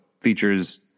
features